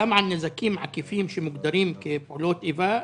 גם על נזקים עקיפים שמוגדרים כפעולות איבה,